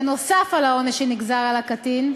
נוסף על העונש שנגזר על הקטין,